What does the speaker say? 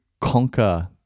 conquer